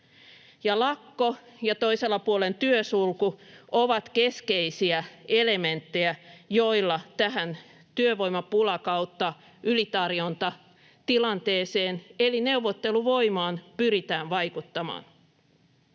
Lakko ja toisella puolen työsulku ovat keskeisiä elementtejä, joilla tähän työvoimapula-/ylitarjontatilanteeseen eli neuvotteluvoimaan pyritään vaikuttamaan.